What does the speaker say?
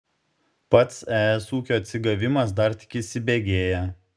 pats es ūkio atsigavimas dar tik įsibėgėja